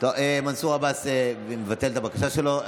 מנסור עבאס מבטל את הבקשה שלו.